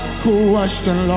question